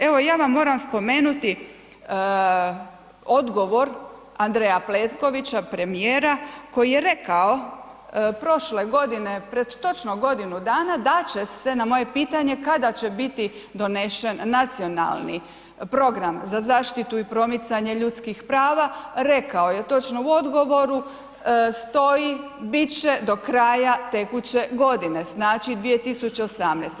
Evo ja vam moram spomenuti odgovor Andreja Plenkovića, premijera, koji je rekao prošle godine, pred točno godinu dana, da će se, na moje pitanje kada će biti donesen nacionalni program za zaštitu i promicanje ljudskih prava, rekao je, točno u odgovoru stoji, bit će do kraja tekuće godine, znači 2018.